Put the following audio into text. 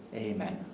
amen.